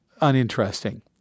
uninteresting